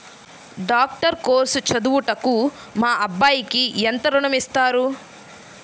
Doctor course చదువుటకు మా అబ్బాయికి ఎంత ఋణం ఇస్తారు?